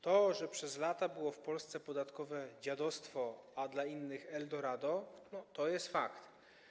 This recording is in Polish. To, że przez lata było w Polsce podatkowe dziadostwo, a dla innych - eldorado, to jest fakt.